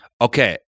Okay